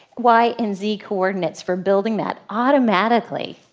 y, and z coordinates for building that automatically.